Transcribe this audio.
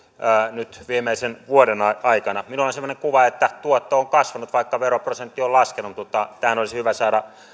nyt viimeisen vuoden aikana minulla on semmoinen kuva että tuotto on kasvanut vaikka veroprosentti on laskenut mutta tähän olisi hyvä saada